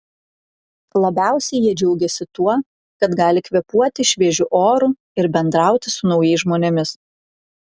labiausiai jie džiaugėsi tuo kad gali kvėpuoti šviežiu oru ir bendrauti su naujais žmonėmis